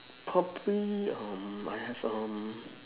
probably um I have um